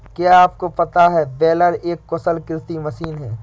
क्या आपको पता है बेलर एक कुशल कृषि मशीन है?